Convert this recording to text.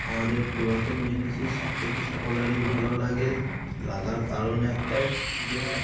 আমাদের পুরাতন জিনিসই সব থেকে সকলেরই ভালো লাগে লাগার কারণ একটাই যে